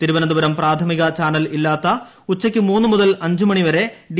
തിരുവനന്തപുരം പ്രാഥമിക ചാനൽ ഇല്ലാത്ത ഉച്ചയ്ക്ക് മൂന്നു മുതൽ അഞ്ചു മണി വരെ ഡി